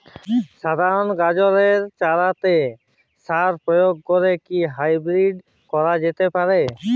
সাধারণ গাজরের চারাতে সার প্রয়োগ করে কি হাইব্রীড করা যেতে পারে?